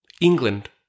England